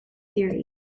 theory